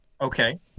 Okay